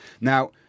Now